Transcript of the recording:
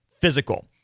physical